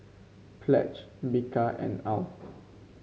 Pledge Bika and Alf